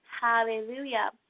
Hallelujah